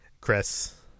Chris